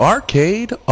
Arcade